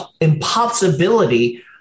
impossibility